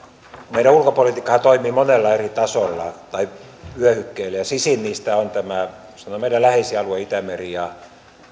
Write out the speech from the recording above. meidän ulkopolitiikkahan toimii monella eri tasolla tai vyöhykkeellä ja sisin niistä on tämä sanotaan meidän läheisin alue itämeri ja